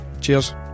Cheers